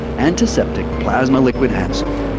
antiseptic plasma liquid hand soap.